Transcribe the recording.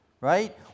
Right